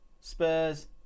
Spurs